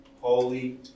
holy